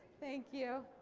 thank you.